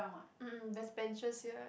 mm mm there's benches here